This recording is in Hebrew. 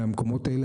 ומהמקומות האלה.